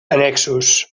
annexos